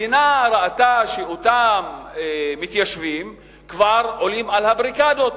המדינה ראתה בשלב מסוים שאותם מתיישבים כבר עולים על הבריקדות,